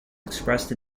expressed